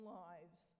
lives